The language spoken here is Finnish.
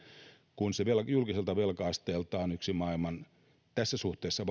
kun se julkiselta velka asteeltaan on tässä suhteessa